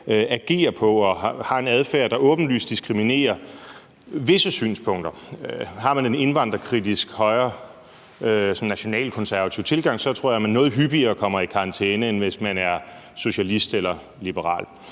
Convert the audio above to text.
agerer på med en adfærd, der åbenlyst diskriminerer visse synspunkter. Har man en indvandrerkritisk, højreorienteret, nationalkonservativ tilgang, tror jeg, man noget hyppigere kommer i karantæne, end hvis man er socialist eller liberal.